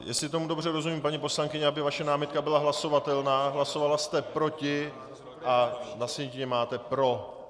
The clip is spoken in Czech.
Jestli tomu dobře rozumím, paní poslankyně, aby vaše námitka byla hlasovatelná, hlasovala jste proti, a na sjetině máte pro.